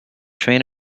train